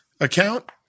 account